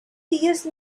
dies